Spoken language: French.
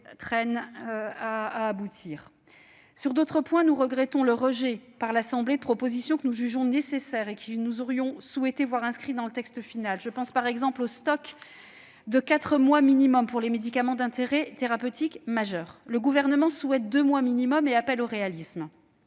Sur d'autres points, nous regrettons le rejet par l'Assemblée nationale de propositions que nous jugeons nécessaires et que nous aurions souhaité voir inscrites dans le texte final. Je pense, par exemple, au stock de quatre mois minimum pour les médicaments d'intérêt thérapeutique majeur. Le Gouvernement souhaite deux mois maximum et appelle au réalisme,